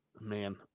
Man